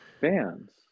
bands